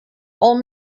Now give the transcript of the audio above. ole